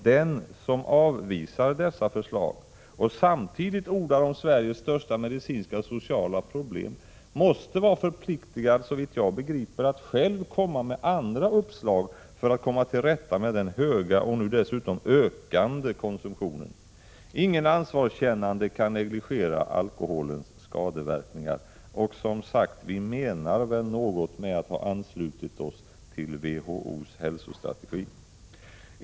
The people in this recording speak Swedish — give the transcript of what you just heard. Den som avvisar dessa förslag, och samtidigt ordar om Sveriges största medicinska och sociala problem, måste vara förpliktigad att, såvitt jag begriper, själv komma med andra uppslag för att vi skall komma till rätta med den höga och nu dessutom ökande konsumtionen. Ingen ansvarskännande kan negligera alkoholens skadeverkningar. Vi menar väl någonting med att ha anslutit oss till WHO:s hälsostrategi.